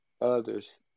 others